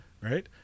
Right